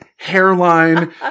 Hairline